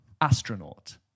Astronaut